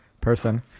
person